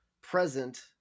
present